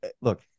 look